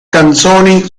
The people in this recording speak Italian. canzoni